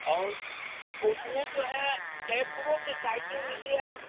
और उसमें जो है एप्रो का साइकिल लीजिए आप